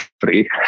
free